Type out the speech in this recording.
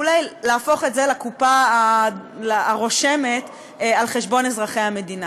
להפוך את זה לקופה הרושמת על חשבון אזרחי המדינה.